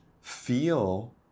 feel